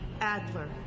Adler